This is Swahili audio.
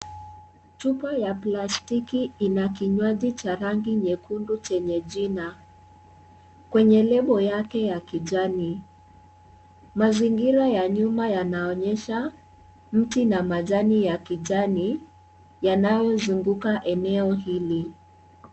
Chupa ya plastiki ina kinywaji cha rangi nyekundu chenye jina kwenye lable yake ya kijani, mazingira ya nyuma yanaonyesha mti na majani ya kijani yanayo zunguka eneo hili.